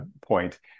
point